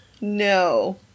no